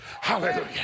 hallelujah